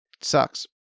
sucks